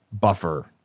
buffer